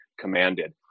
commanded